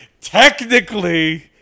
Technically